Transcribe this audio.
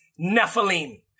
Nephilim